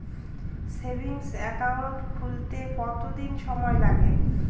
Savings account খুলতে কতদিন সময় লাগে?